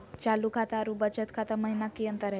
चालू खाता अरू बचत खाता महिना की अंतर हई?